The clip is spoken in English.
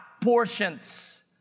portions